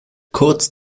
kurz